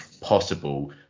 possible